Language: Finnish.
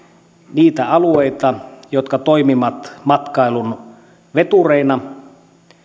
niitä alueita jotka toimivat matkailun vetureina